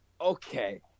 Okay